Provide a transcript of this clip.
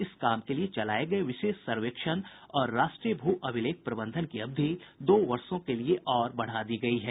इस काम के लिए चलाये गये विशेष सर्वेक्षण और राष्ट्रीय भू अभिलेख प्रबंधन की अवधि दो वर्षों के लिए और बढ़ा दी गयी है